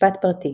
משפט פרטי